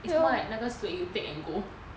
it's not like 那个水 you take and go